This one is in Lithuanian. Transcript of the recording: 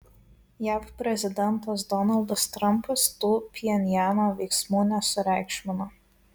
jav prezidentas donaldas trampas tų pchenjano veiksmų nesureikšmino